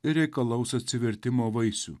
ir reikalaus atsivertimo vaisių